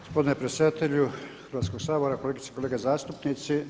Gospodine predsjedatelju Hrvatskog sabora, kolegice i kolege zastupnici.